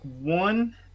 one